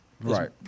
Right